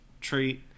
treat